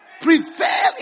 Prevail